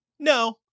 No